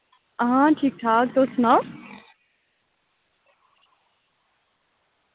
हां ठीक ठाक तुस सनाओ